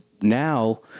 now